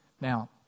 Now